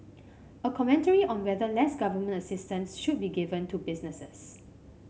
a commentary on whether less government assistance should be given to businesses